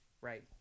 Right